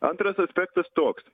antras aspektas toks